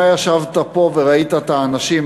אתה ישבת פה וראית את האנשים.